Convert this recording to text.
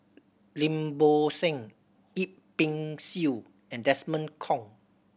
Lim Bo Seng Yip Pin Xiu and Desmond Kon